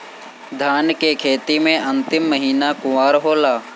धान के खेती मे अन्तिम महीना कुवार होला?